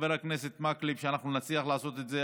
חבר הכנסת מקלב, שנצליח לעשות את זה.